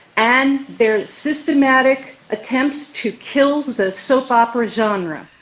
and their systematic attempts to kill the soap opera genre.